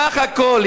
בסך הכול,